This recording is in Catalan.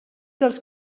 dels